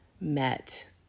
met